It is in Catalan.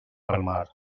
palmar